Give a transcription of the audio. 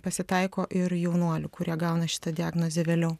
pasitaiko ir jaunuolių kurie gauna šitą diagnozę vėliau